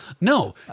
No